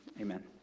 Amen